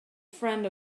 friend